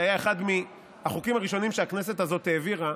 שהיה אחד החוקים הראשונים שהכנסת הזאת העבירה,